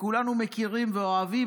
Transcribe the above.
שכולנו מכירים ואוהבים,